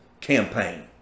campaign